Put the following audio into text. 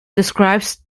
describes